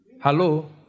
Hello